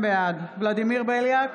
בעד ולדימיר בליאק,